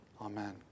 Amen